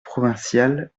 provincial